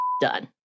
done